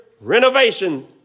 renovation